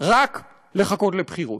רק לחכות לבחירות.